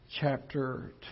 chapter